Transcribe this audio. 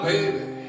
Baby